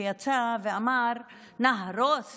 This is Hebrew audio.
שיצא ואמר: נהרוס